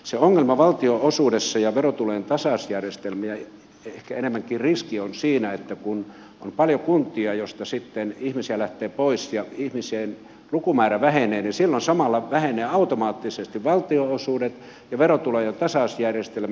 se ongelma valtionosuudessa ja verotulojen tasausjärjestelmissä ehkä enemmänkin riski on siinä että kun on paljon kuntia joista sitten ihmisiä lähtee pois ja ihmisten lukumäärä vähenee niin silloin samalla vähenevät automaattisesti valtionosuudet ja verotulojen tasausjärjestelmät